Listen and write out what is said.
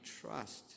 trust